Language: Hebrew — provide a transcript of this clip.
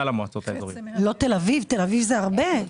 אביב זה הרבה.